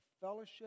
fellowship